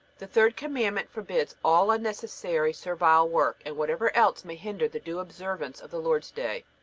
the third commandment forbids all unnecessary servile work and whatever else may hinder the due observance of the lord's day.